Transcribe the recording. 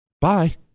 Bye